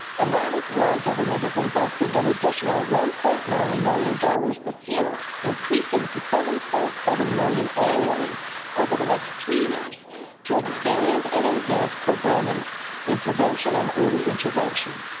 and that is why government is investing an additional one point nine million dollars this year increasing to seven point seven million annually over the next three years to expand and enhance programming in prevention and early intervention.